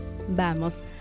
Vamos